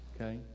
Okay